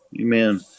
Amen